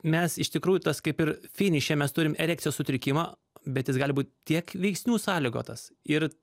mes iš tikrųjų tas kaip ir finiše mes turim erekcijos sutrikimą bet jis gali būt tiek veiksnių sąlygotas ir